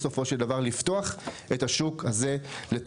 בסופו של דבר הוא לפתוח את השוק הזה לתחרות.